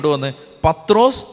Patros